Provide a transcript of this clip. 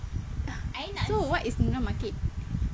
so what is lunar market